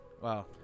Wow